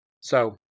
So-